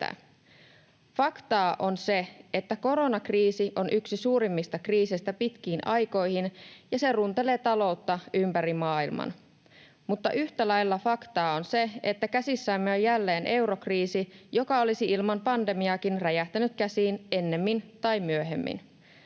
Faktaa on se, että koronakriisi on yksi suurimmista kriiseistä pitkiin aikoihin, ja se runtelee taloutta ympäri maailman. Mutta yhtä lailla faktaa on se, että käsissämme on jälleen eurokriisi, joka olisi ilman pandemiaakin räjähtänyt käsiin ennemmin tai myöhemmin.